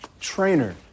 trainer